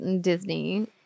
Disney